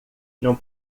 não